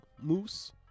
moose